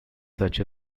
such